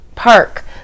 park